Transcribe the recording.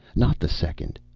not the second.